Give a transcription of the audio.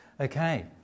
Okay